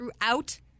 throughout